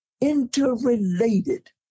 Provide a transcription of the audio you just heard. interrelated